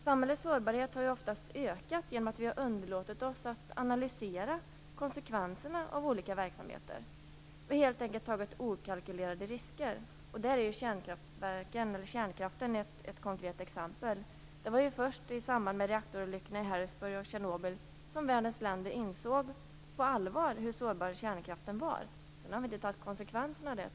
Samhällets sårbarhet har ju ofta ökat genom att vi har underlåtit att analysera konsekvenserna av olika verksamheter. Vi har helt enkelt tagit okalkylerade risker. Kärnkraften är ett konkret exempel på detta. Det var först i samband med reaktorolyckorna i Harrisburg och Tjernobyl som världens länder på allvar insåg hur sårbar kärnkraften var. Sedan har vi tyvärr inte tagit konsekvenserna av det.